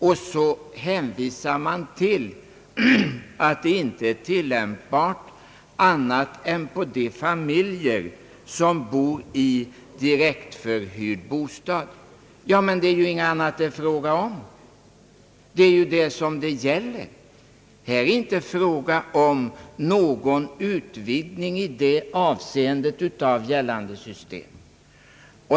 Man har sagt att det inte är tillämpbart annat än på familjer som bor i direktförhyrd bostad. Ja, det är ju ingenting annat det är fråga om. Här är inte fråga om någon utvidgning i det avseendet av gällande system.